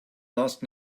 last